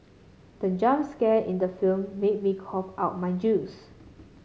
the jump scare in the film made me cough out my juice